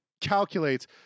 calculates